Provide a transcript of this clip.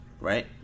right